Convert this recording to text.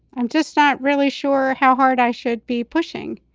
i'm just not really sure how hard i should be pushing.